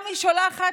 תודה רבה.